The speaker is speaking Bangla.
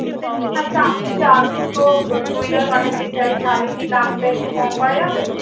আচ্ছা আমি যদি আরও দুটো চুড়িদার কাটাতে চাই তাহলে কি দামটা একটু কম করা যাবে